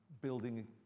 building